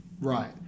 Right